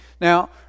Now